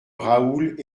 raoul